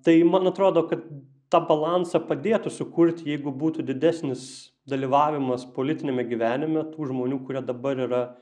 tai man atrodo kad ta balansą padėtų sukurti jeigu būtų didesnis dalyvavimas politiniame gyvenime tų žmonių kurie dabar yra